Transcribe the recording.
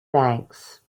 banks